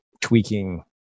tweaking